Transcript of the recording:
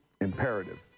imperative